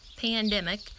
pandemic